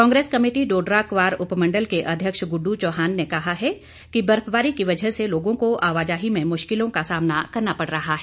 Congress committee Dodra Kwar उपमंडल के अध्यक्ष गुड्डू चौहान ने कहा है कि बर्फबारी की वजह से लोगों को आवाजाही में मुश्किलों का सामना करना पड़ रहा है